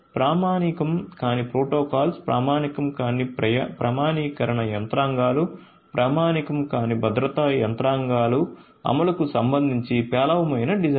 ప్రామాణికం కాని ప్రోటోకాల్స్ ప్రామాణికం కాని ప్రామాణీకరణ యంత్రాంగాలు ప్రామాణికం కాని భద్రతా యంత్రాంగాల అమలుకు సంబంధించి పేలవమైన డిజైనింగ్